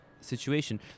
situation